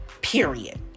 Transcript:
Period